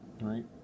right